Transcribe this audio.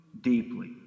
deeply